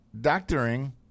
doctoring